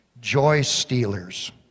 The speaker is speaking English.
joy-stealers